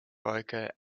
broker